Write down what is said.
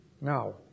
Now